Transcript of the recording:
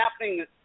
happening